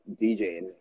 DJing